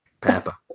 Papa